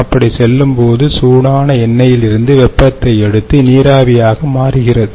அப்படி செல்லும் போது சூடான எண்ணெயிலிருந்து வெப்பத்தை எடுத்து நீராவியாக மாறுகிறது